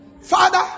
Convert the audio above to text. Father